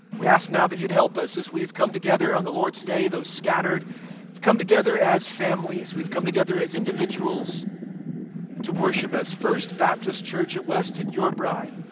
we ask now that you'd help us as we've come together on the lord's day, though scattered. we've come together as families. we've come together as individuals to worship as first baptist church at weston, your bride.